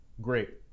Great